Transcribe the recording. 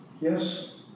yes